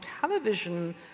television